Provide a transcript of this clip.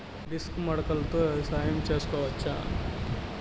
Disc మడకలతో వ్యవసాయం చేసుకోవచ్చా??